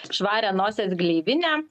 švarią nosies gleivinę